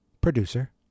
producer